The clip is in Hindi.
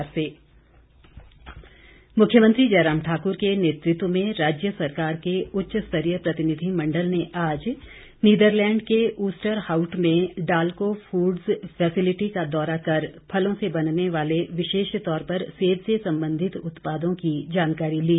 मुख्यमंत्री मुख्यमंत्री जयराम ठाकुर के नेतृत्व में राज्य सरकार के उच्च स्तरीय प्रतिनिधिमंडल ने आज नीदरलैंड के ऊस्टरहाउट में डालको फूड्स फैसिलिटी का दौरा कर फलों से बनने वाले विशेष तौर पर सेब से संबंधित उत्पादों की जानकारी ली